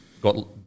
got